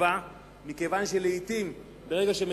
כל פנים כשאין